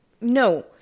no